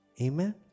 Amen